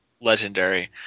legendary